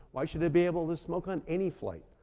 why should they be able to smoke on any flight?